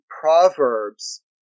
proverbs